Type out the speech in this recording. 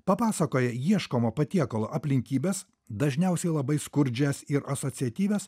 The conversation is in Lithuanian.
papasakoja ieškomo patiekalo aplinkybes dažniausiai labai skurdžias ir asociatyvias